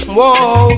Whoa